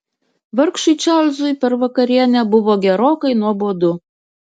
vargšui čarlzui per vakarienę buvo gerokai nuobodu